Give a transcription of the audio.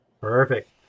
Perfect